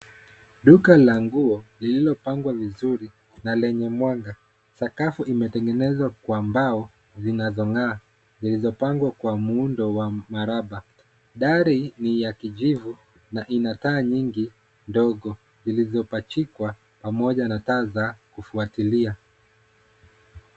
Duka la nguo lililopangwa vizuri na lenye mwanga. Sakafu imetegenezwa kwa mbao zinazong'aa, zilizopangwa kwa muundo wa maraba. Dari ni ya kijivu na ina taa nyingi ndogo zilizopachikwa pamoja na taa za kufuatilia.